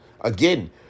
again